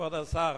כבוד השר,